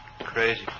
Crazy